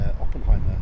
Oppenheimer